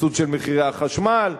סבסוד של מחירי החשמל,